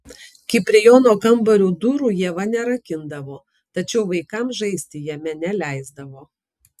kiprijono kambario durų ieva nerakindavo tačiau vaikams žaisti jame neleisdavo